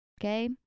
okay